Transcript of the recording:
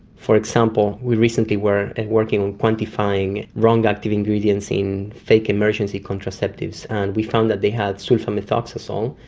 for example, we recently were working on quantifying wrong active ingredients in fake emergency contraceptives, and we found that they had sulfamethoxazole,